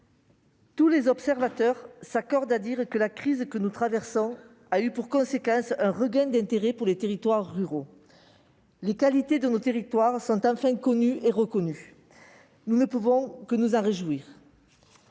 tous les observateurs s'accordent à souligner que la crise que nous traversons a eu pour conséquence un regain d'intérêt pour les territoires ruraux. Les qualités de nos territoires sont enfin connues et reconnues. Nous ne pouvons que nous en réjouir